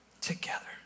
together